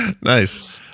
Nice